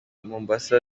mombasa